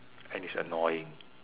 and it's annoying